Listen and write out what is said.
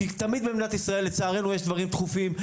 כי תמיד במדינת ישראל לצערנו יש דברים דחופים,